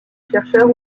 chercheurs